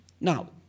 Now